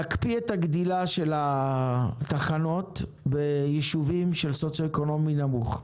להקפיא את הגדילה של התחנות ביישובים במצב סוציו-אקונומי נמוך.